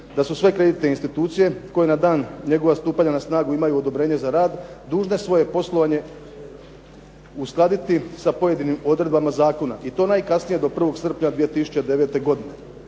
da su sve kreditne institucije koje na dan njegova stupanja na snagu imaju odobrenje za rad, dužne svoje poslovanje uskladiti sa pojedinim odredbama zakona i to najkasnije do 1. srpnja 2009. godine.